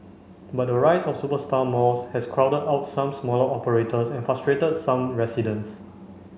but the rise of superstar malls has crowded out some smaller operators and frustrated some residents